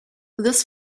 this